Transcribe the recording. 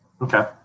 Okay